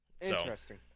Interesting